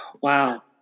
wow